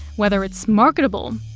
whether it's marketable,